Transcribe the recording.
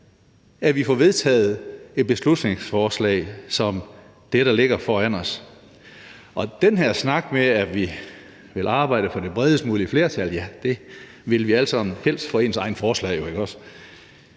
at vi får vedtaget et beslutningsforslag som det, der ligger foran os. Og til den her snak om, at vi vil arbejde for det bredest mulige flertal, vil jeg sige: Ja, det vil vi alle sammen – og helst for ens egne forslag, ikke også?